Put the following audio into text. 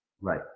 right